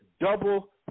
double